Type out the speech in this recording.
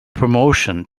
promotion